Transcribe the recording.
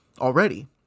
already